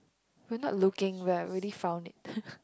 we are not looking we are already found it